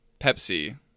Pepsi